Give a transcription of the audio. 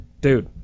dude